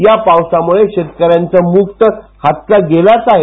या पावसामुळे शतकऱ्याचे मुग तर हातचा गेलाच आहे